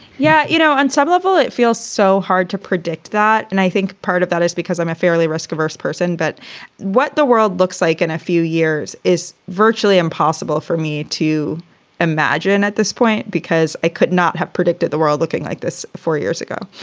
yeah. you know, on some level, it feels so hard to predict that. and i think part of that is because i'm a fairly risk averse person. but what the world looks like in a few years is virtually impossible for me to imagine at this point, because i could not have predicted the world looking like this four years ago.